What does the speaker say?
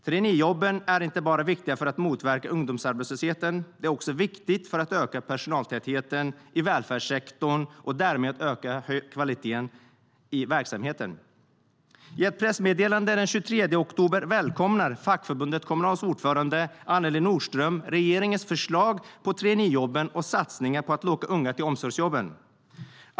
Traineejobben är viktiga inte bara för att motverka ungdomsarbetslösheten utan också för att öka personaltätheten i välfärdssektorn och därmed höja kvaliteten i verksamheten.I ett pressmeddelande den 23 oktober välkomnar fackförbundet Kommunals ordförande Annelie Nordström regeringens förslag på traineejobb och satsningar på att locka unga till omsorgsjobben.